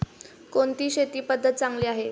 कोणती शेती पद्धती चांगली आहे?